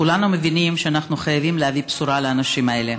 כולנו מבינים שאנחנו חייבים להביא בשורה לאנשים האלה.